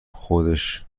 خوش